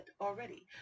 already